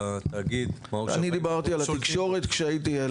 התאגיד --- אני דיברתי על התקשורת כשהייתי ילד.